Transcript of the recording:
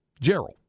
Gerald